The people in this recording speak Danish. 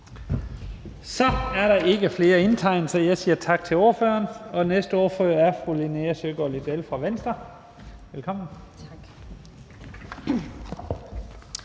Så er der ikke flere indtegnet for korte bemærkninger, så jeg siger tak til ordføreren. Næste ordfører er fru Linea Søgaard-Lidell fra Venstre. Velkommen. Kl.